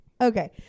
Okay